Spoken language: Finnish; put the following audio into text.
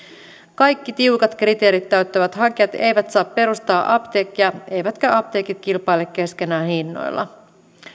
kaikki tiukat kriteerit täyttävät hakijat eivät saa perustaa apteekkia eivätkä apteekit kilpaile keskenään hinnoilla